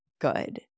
good